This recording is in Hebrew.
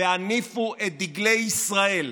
והניפו את דגלי ישראל,